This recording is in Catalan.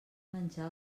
menjar